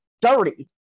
dirty